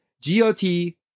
G-O-T